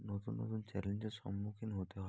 নতুন নতুন চ্যালেঞ্জের সম্মুখীন হতে হয়